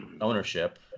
ownership